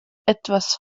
etwas